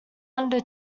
under